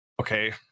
okay